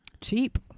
cheap